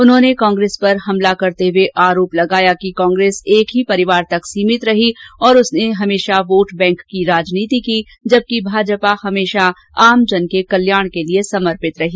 उन्होंने कांग्रेस पर हमला करते हुए आरोप लगाया कि कांग्रेस एक परिवार तक ही सीमित रही और उसने हमेशा वोट बैंक की राजनीति की जबकि भाजपा हमेशा आमजन के कल्याण के लिए समर्पित रही